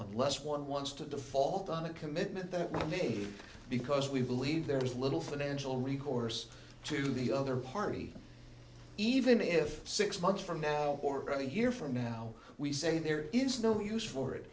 unless one wants to default on a commitment that money because we believe there is little financial recourse to the other party even if six months from now already here from now we say there is no use for it